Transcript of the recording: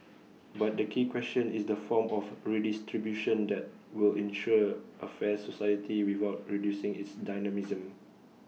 but the key question is the form of redistribution that will ensure A fair society without reducing its dynamism